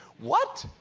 what!